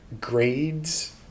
grades